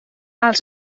els